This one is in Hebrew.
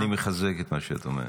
אני מחזק את מה שאת אומרת.